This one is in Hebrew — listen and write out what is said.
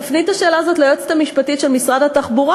תפני את השאלה הזאת ליועצת המשפטית של משרד התחבורה.